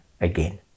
again